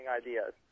ideas